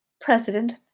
President